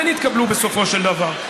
כן יתקבלו בסופו של דבר.